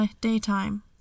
daytime